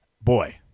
boy